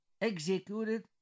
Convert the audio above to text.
executed